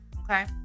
Okay